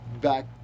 back